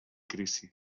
crisis